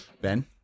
Ben